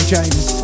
James